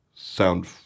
Sound